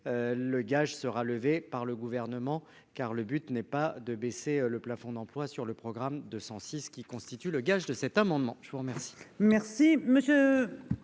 Le gage sera levé par le gouvernement, car le but n'est pas de baisser le plafond d'emplois sur le programme de 106 qui constituent le gage de cet amendement, je vous remercie.